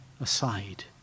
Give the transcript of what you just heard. aside